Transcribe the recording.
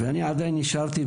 אני עדיין נשארתי,